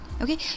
okay